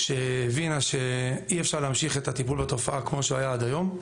שהבינה שאי אפשר להמשיך את הטיפול בתופעה כמו שהוא היה עד היום.